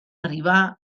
arribar